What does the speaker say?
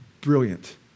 brilliant